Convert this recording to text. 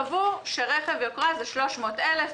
קבעו שרכב יוקרה הוא רכב שעלותו 300,000 שקל,